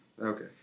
Okay